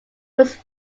whose